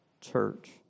church